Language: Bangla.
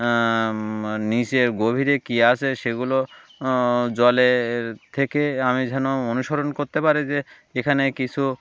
নিচের গভীরে কী আছে সেগুলো জলে থেকে আমি যেন অনুসরণ করতে পারি যে এখানে কিছু